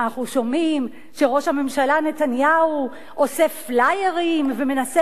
אנחנו שומעים שראש הממשלה נתניהו עושה פלאיירים ומנסה